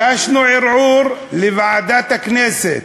הגשנו ערעור לוועדת הכנסת,